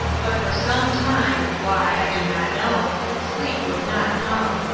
but for some time why, i do not know sleep would not come.